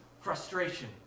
frustration